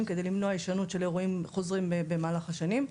כדי למנוע הישנות של אירועים חוזרים במהלך השנים.